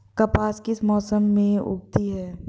कपास किस मौसम में उगती है?